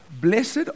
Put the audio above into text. blessed